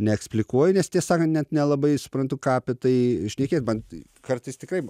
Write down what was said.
neeksplikuoju nes tiesą sakant net nelabai suprantu ką apie tai šnekėt man kartais tikrai